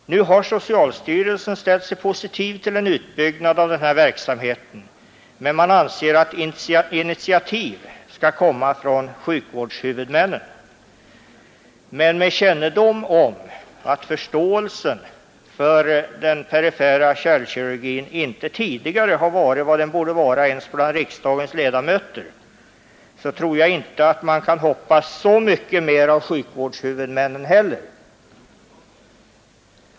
Nu har socialstyrelsen ställt sig positiv till en utbyggnad av denna verksamhet, men man anser att initiativ skall komma från sjukvårdshuvudmännen. Med kännedom om att förståelsen för den perifera kärlkirurgin inte tidigare har varit vad den borde vara ens bland riksdagens ledamöter tror jag inte att man kan hoppas så mycket mer av sjukvårdshuvudmännen.